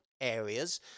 areas